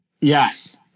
Yes